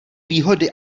výhody